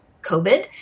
COVID